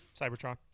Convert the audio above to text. Cybertron